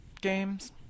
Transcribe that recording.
games